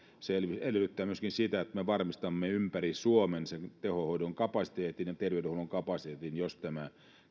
se edellyttää myöskin sitä että me varmistamme ympäri suomen sen tehohoidon kapasiteetin ja terveydenhuollon kapasiteetin jos tämä